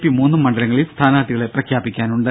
P മൂന്നും മണ്ഡലങ്ങളിൽ സ്ഥാനാർത്ഥികളെ പ്രഖ്യാപിക്കാനുണ്ട്